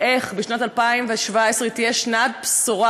איך שנת 2017 תהיה שנת בשורה,